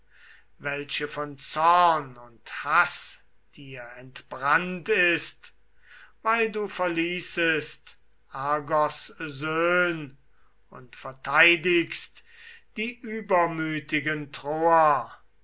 welche von zorn und haß dir entbrannt ist weil du verließest argos söhn und verteidigst die übermütigen troer